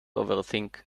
overthink